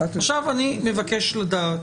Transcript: עכשיו אני מבקש לדעת,